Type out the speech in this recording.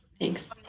Thanks